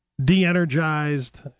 de-energized